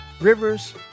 rivers